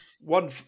One